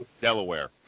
Delaware